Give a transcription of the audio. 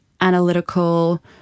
analytical